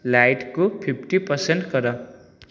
ଲାଇଟ୍କୁ fifty percent କର